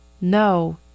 No